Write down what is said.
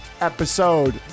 episode